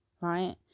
right